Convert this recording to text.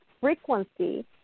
frequency